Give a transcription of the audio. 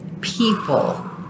people